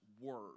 word